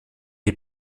les